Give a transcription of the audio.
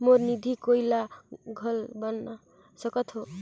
मोर निधि कोई ला घल बना सकत हो?